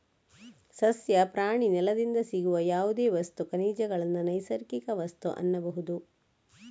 ಸಸ್ಯ, ಪ್ರಾಣಿ, ನೆಲದಿಂದ ಸಿಗುವ ಯಾವುದೇ ವಸ್ತು, ಖನಿಜಗಳನ್ನ ನೈಸರ್ಗಿಕ ವಸ್ತು ಅನ್ಬಹುದು